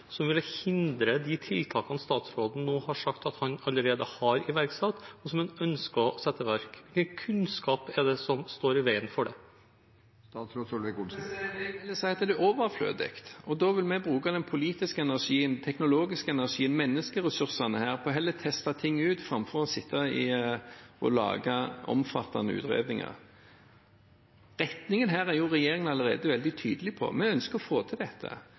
tiltakene statsråden nå har sagt at han allerede har iverksatt, og dem som han ønsker å sette i verk? Hvilken kunnskap er det som står i veien for det? Jeg vil heller si at den er overflødig. Vi vil heller bruke den politiske energien, den teknologiske energien og menneskeressursene her på å teste ting ut framfor å lage omfattende utredninger. Retningen her er regjeringen allerede veldig tydelig på. Vi ønsker å få til dette.